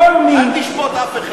כל מי, אל תשפוט אף אחד.